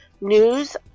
news